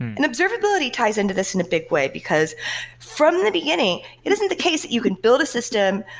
and observability ties into this in a big way, because from the beginning, it isn't the case that you can build a system,